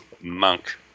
monk